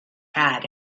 had